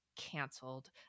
canceled